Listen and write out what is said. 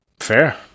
Fair